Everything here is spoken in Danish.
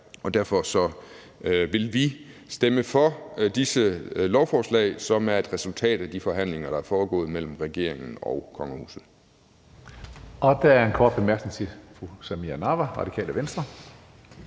Derfor vil vi stemme for disse lovforslag, som er et resultat af de forhandlinger, der er foregået mellem regeringen og kongehuset.